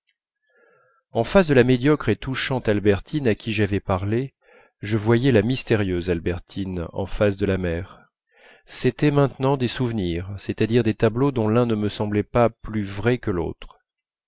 en face de la médiocre et touchante albertine à qui j'avais parlé je voyais la mystérieuse albertine en face de la mer c'étaient maintenant des souvenirs c'est-à-dire des tableaux dont l'un ne me semblait pas plus vrai que l'autre